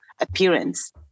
appearance